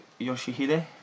Yoshihide